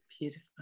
beautiful